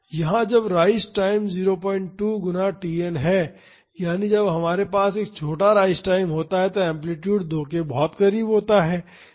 यहां जब rise time 02 गुना Tn है यानी जब हमारे पास एक छोटा राइज टाइम होता है तो एम्पलीटिड 2 के बहुत करीब होता है